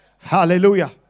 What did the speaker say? Hallelujah